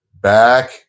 back